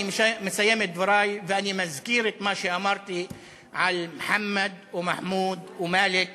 אני מסיים את דברי ואני מזכיר את מה שאמרתי על מוחמד ומחמוד ומאלכ